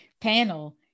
panel